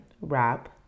wrap